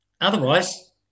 otherwise